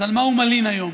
אז על מה הוא מלין היום?